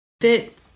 fit